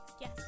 Yes